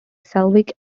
slavic